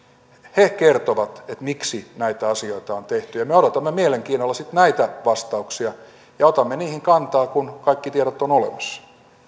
he kertovat miksi näitä asioita on tehty ja me odotamme mielenkiinnolla sitten näitä vastauksia ja otamme niihin kantaa kun kaikki tiedot ovat olemassa